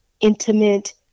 intimate